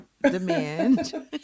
demand